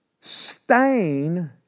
stain